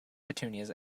petunias